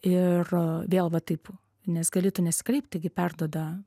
ir vėl va taip nes gali tu nesikreipti gi perduoda